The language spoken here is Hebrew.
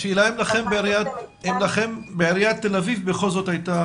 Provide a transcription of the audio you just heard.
השאלה אם לכם בעיריית תל אביב בכל זאת הייתה